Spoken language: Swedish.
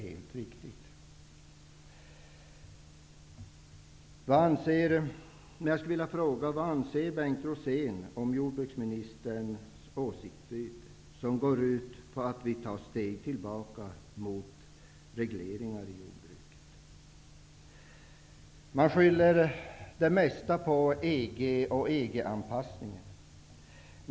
Det får jag låta vara osagt. Bengt Rosén sade att jordbruket nu skall gå från reglering till marknadsekonomi. Det är helt riktigt. Det mesta skylls på EG och EG-anpassning.